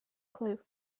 clue